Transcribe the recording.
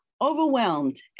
overwhelmed